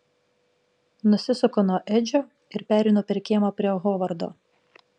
nusisuku nuo edžio ir pereinu per kiemą prie hovardo